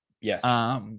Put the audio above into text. Yes